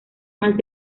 más